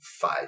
five